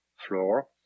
floor